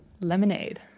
lemonade